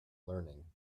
learning